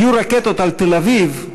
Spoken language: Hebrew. יהיו רקטות על תל-אביב,